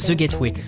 so getaway.